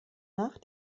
nach